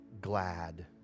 glad